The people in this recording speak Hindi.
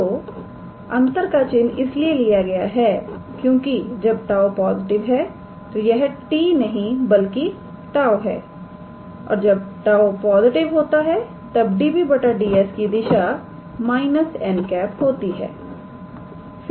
तो अंतर का चिन्ह इसलिए लिया गया है क्योंकि जब 𝜁 पॉजिटिव है तो यह t नहीं बल्कि टाऊ है जब 𝜁 पॉजिटिव होता है तब 𝑑𝑏̂ 𝑑𝑠 की दिशा −𝑛̂ होती है